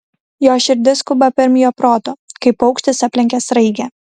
jo širdis skuba pirm jo proto kaip paukštis aplenkia sraigę